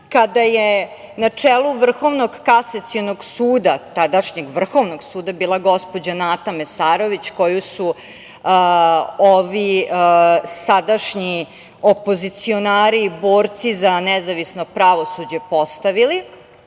Kada je na čelu Vrhovnog kasacionog suda, tadašnjeg Vrhovnog suda bila gospođa Nata Mesarović koju su ovi sadašnji opozicionari, borci za nezavisno pravosuđe postavili.